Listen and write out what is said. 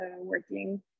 working